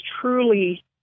truly